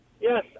Yes